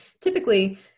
typically